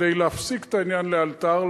כדי להפסיק את העניין לאלתר,